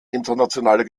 internationaler